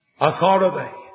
authority